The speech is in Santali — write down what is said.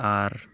ᱟᱨ